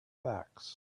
backs